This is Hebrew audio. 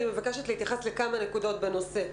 אני מבקשת להתייחס לכמה נקודות בנושא.